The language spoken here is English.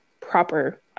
proper